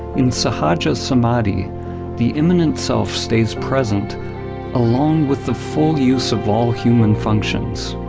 in sahaja samadhi the immanent self stays present along with the full use of all human functions.